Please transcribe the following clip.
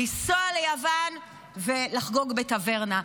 לנסוע ליוון ולחגוג בטברנה.